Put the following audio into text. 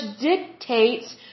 dictates